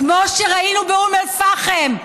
כמו שראינו באום אל-פחם,